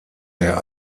der